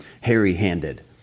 hairy-handed